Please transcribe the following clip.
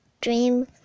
dream